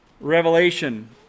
Revelation